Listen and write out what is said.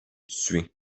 tué